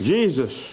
Jesus